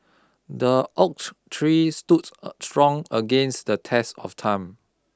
the oak tree stood strong against the test of time